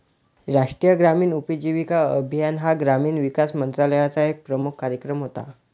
राष्ट्रीय ग्रामीण उपजीविका अभियान हा ग्रामीण विकास मंत्रालयाचा एक प्रमुख कार्यक्रम होता